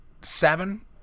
seven